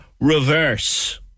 reverse